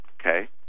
okay